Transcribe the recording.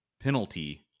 penalty